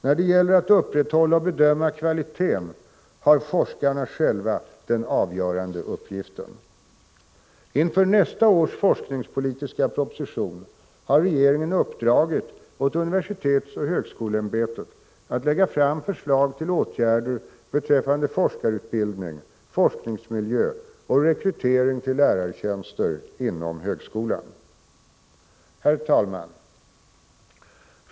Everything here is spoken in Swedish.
När det gäller att upprätthålla och bedöma kvaliteten har forskarna själva den avgörande uppgiften. Inför nästa års forskningspolitiska proposition har regeringen uppdragit åt universitetsoch högskoleämbetet att lägga fram förslag till åtgärder beträffande forskarutbildning, forskningsmiljö och rekrytering till lärartjänster inom högskolan. Herr talman!